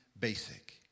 basic